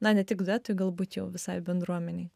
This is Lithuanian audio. na ne tik duetui galbūt jau visai bendruomenei